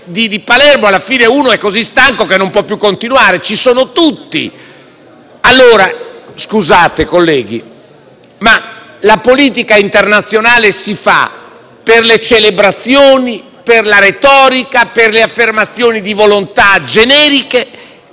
di Palermo uno è così stanco che non può più continuare, ci sono tutti. Scusate colleghi, ma la politica internazionale si fa per le celebrazioni, per la retorica, per le affermazioni di volontà generiche